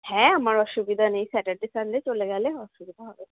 হ্যাঁ আমার অসুবিধা নেই স্যাটারডে সানডে চলে গেলে অসুবিধা হবে না